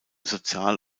sozial